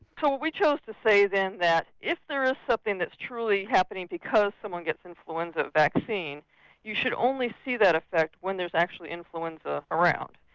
so we chose to say then that if there is something that's truly happening because someone gets the influenza vaccine you should only see that effect when there's actually influenza around.